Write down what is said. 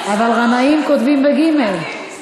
אבל גנאים כותבים בגימ"ל.